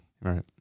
Right